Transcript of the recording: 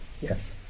Yes